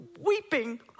weeping